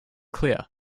clear